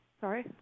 Sorry